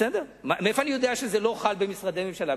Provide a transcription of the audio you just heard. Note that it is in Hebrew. מאיפה אני יודע שזה לא חל במשרדי ממשלה?